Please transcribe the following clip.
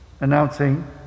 announcing